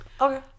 Okay